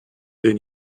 des